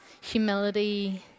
humility